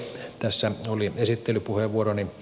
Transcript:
tässä oli esittelypuheenvuoroni